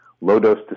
low-dose